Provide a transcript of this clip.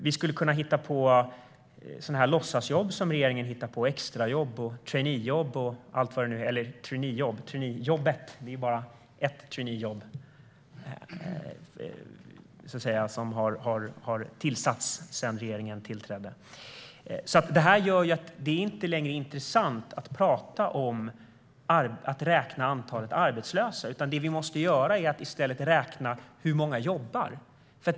Vi kan hitta på låtsasjobb, extrajobb och traineejobb - det är bara ett traineejobb som har tillsatts sedan regeringen tillträdde. Det är inte längre intressant att räkna antalet arbetslösa. Det vi måste göra är att i stället räkna på hur många som jobbar.